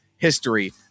history